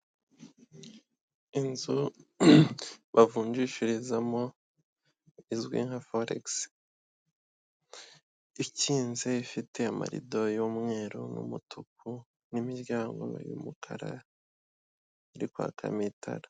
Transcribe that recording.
Inzu bavunjishirizamo izwi nka folegisi, ikinze ifite marido y'umweru n'umutuku n'imiryango y'umukara iri kwakamo itara.